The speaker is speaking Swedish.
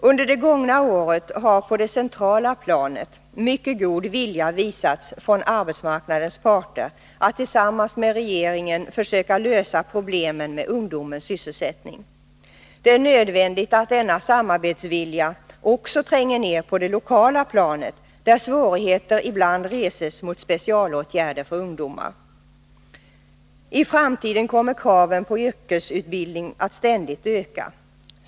Under det gångna året har på det centrala planet mycket god vilja visats från arbetsmarknadens parter att tillsammans med regeringen försöka lösa problemen med ungdomens sysselsättning. Det är nödvändigt att denna samarbetsvilja också tränger ner på det lokala planet, där svårigheter ibland reses mot specialåtgärder för ungdomar. I framtiden kommer kraven på yrkesutbildning att ständigt öka.